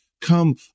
Come